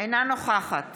אינה נוכחת